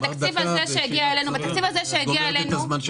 בתקציב הזה שהגיע אלינו --- אמרת דקה ואת גומרת את הזמן של השר.